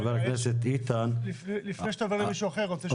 חבר הכנסת איתן --- לפני שאתה עובר למישהו אחר אני רוצה לשאול שאלה.